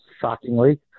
shockingly